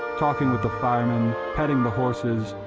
talking with the firemen, petting the horses,